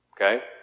Okay